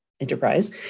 enterprise